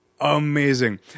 Amazing